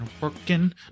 working